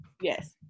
Yes